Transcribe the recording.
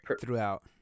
throughout